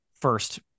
first